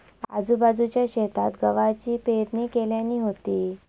आजूबाजूच्या शेतात गव्हाची पेरणी केल्यानी होती